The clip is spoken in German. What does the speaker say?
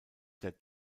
der